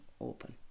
open